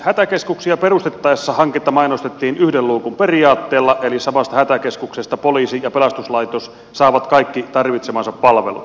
hätäkeskuksia perustettaessa hanketta mainostettiin yhden luukun periaatteella eli samasta hätäkeskuksesta poliisi ja pelastuslaitos saavat kaikki tarvitsemansa palvelut